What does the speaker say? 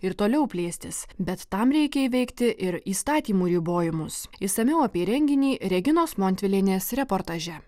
ir toliau plėstis bet tam reikia įveikti ir įstatymų ribojimus išsamiau apie renginį reginos montvilienės reportaže